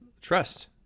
trust